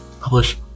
publish